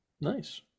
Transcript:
Nice